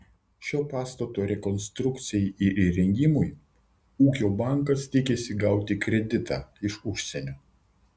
šio pastato rekonstrukcijai ir įrengimui ūkio bankas tikisi gauti kreditą iš užsienio